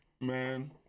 man